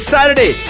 Saturday